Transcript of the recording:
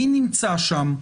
מי נמצא שם?